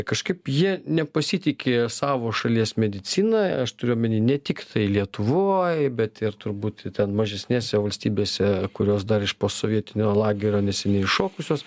kažkaip jie nepasitiki savo šalies medicina aš turiu omeny ne tiktai lietuvoj bet ir turbūt ten mažesnėse valstybėse kurios dar iš posovietinio lagerio neseniai iššokusios